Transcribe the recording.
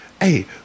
hey